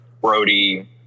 Brody